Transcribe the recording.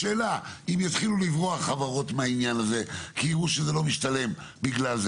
השאלה אם יתחילו לברוח חברות מהעניין הזה כי יראו שזה לא משתלם בגלל זה,